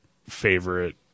favorite